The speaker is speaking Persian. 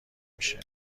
میشه